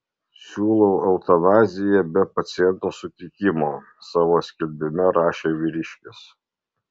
siūlau eutanaziją be paciento sutikimo savo skelbime rašė vyriškis